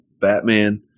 Batman